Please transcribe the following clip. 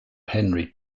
henry